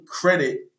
credit